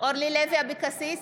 אורלי לוי אבקסיס,